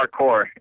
hardcore